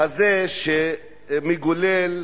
הזה שמגולל